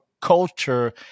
culture